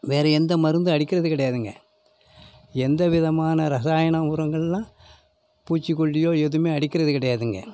வேறு எந்த மருந்தும் அடிக்கிறது கிடையாதுங்க எந்த விதமான ரசாயன உரங்கள் எல்லாம் பூச்சிக்கொல்லியோ எதுவுமே அடிக்கிறது கிடையாதுங்க